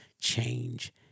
change